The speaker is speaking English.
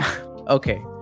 okay